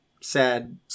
sad